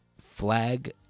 Flag